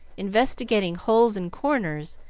investigating holes and corners,